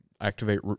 activate